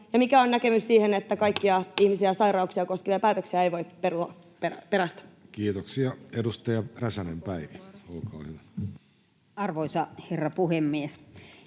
ja mikä on näkemys siihen, että kaikkia ihmisiä ja sairauksia koskevia päätöksiä ei voi perua perästä? Kiitoksia. — Edustaja Räsänen, Päivi, olkaa hyvä. Arvoisa herra puhemies!